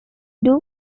doo